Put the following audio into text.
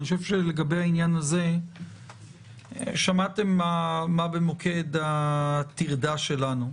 אני חושב שלגבי העניין הזה שמעתם מה במוקד הטרדה שלנו.